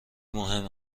مهم